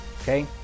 Okay